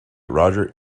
roger